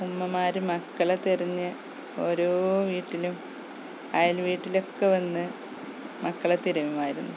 ഉമ്മമാർ മക്കളെ തിരഞ്ഞ് ഓരോ വീട്ടിലും അയൽ വീട്ടിലൊക്കെ വന്നു മക്കളെ തിരയുമായിരുന്നു